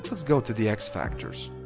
let's go to the x-factors.